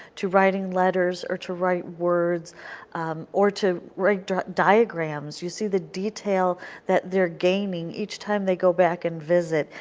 to writing letters or to write words or to write diagrams. you see the detail that they are gaining each time they go back and visit,